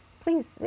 Please